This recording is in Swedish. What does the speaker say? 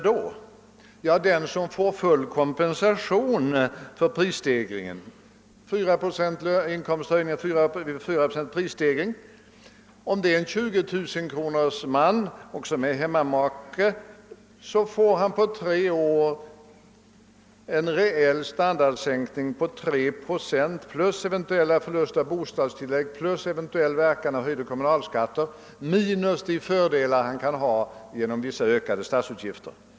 Den som får full kompensation för prisstegringar, t.ex. 4 procents inkomsthöjning vid 4 procents prisstegring, får om det rör sig om en 20 000-kronors-man med hemmamake på 3 år en reell standardsänkning på 3 procent — plus eventuella förluster av minskat bostadstillägg plus eventuell verkan av höjda kommunalskatter minus de fördelar. han kan få genom vissa ökade statsutgifter.